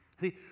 See